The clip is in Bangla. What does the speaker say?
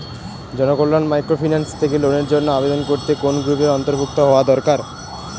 জনকল্যাণ মাইক্রোফিন্যান্স থেকে লোনের জন্য আবেদন করতে কোন গ্রুপের অন্তর্ভুক্ত হওয়া দরকার?